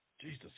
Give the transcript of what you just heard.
Jesus